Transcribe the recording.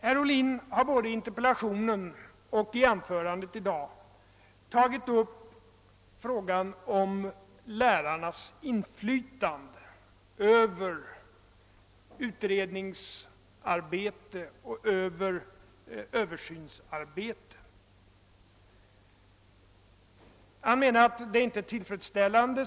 Herr Ohlin har både i interpellationen och i anförandet i dag tagit upp frågan om lärarnas inflytande över utredningsoch översynsarbete. Han menar att situationen i dag inte är tillfredsställande.